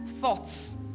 thoughts